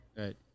right